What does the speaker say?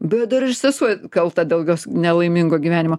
bet dar ir sesuo kalta dėl jos nelaimingo gyvenimo